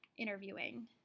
Interviewing